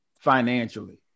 financially